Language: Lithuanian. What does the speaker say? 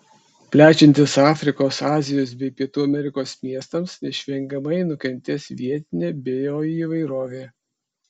plečiantis afrikos azijos bei pietų amerikos miestams neišvengiamai nukentės vietinė bioįvairovė